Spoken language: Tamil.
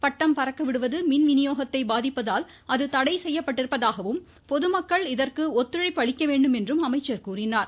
பட்டம் பறக்க விடுவது மின் வினியோகத்தை பாதிப்பதால் அது தடை செய்யப்பட்டிருப்பதாகவும் பொதுமக்கள் இதற்கு இத்துழைப்பு அளிக்க வேண்டும் என்றும் அமைச்சர் கூறினார்